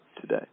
today